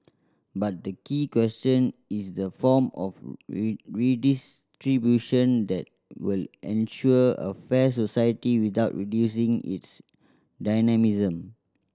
but the key question is the form of redistribution that will ensure a fair society without reducing its dynamism